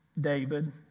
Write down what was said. David